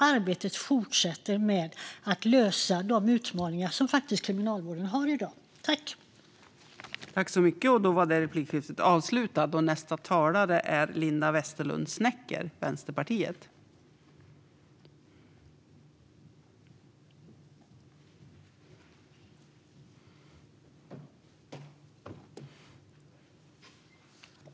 Arbetet med att lösa de utmaningar som Kriminalvården faktiskt har i dag pågår och fortsätter alltså.